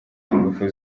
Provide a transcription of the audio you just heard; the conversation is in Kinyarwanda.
ingufu